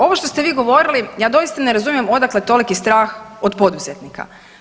Ovo što ste vi govorili, ja doista ne razumijem odakle toliki strah od poduzetnika.